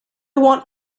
want